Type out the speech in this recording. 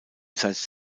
science